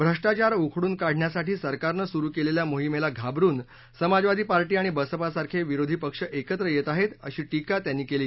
भ्रष्टाचार उखडून काढण्यासाठी सरकारनं सुरु केलेल्या मोहिमेला घाबरून समाजवादी पार्टी आणि बसपा सारखे विरोधी पक्ष एकत्र येत आहेत अशी धिका त्यांनी केली